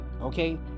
okay